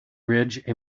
bridge